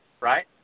right